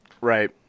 Right